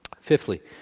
Fifthly